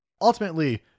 Ultimately